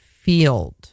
field